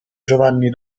giovanni